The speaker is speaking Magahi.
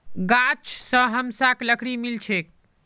गाछ स हमसाक लकड़ी मिल छेक